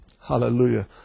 hallelujah